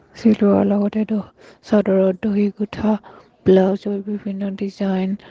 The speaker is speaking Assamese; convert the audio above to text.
চিলোৱাৰ লগতে চাদৰত দহি গোঠা ব্লাউজৰ বিভিন্ন ডিজাইন